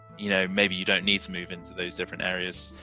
you know, maybe you don't need to move into those different areas.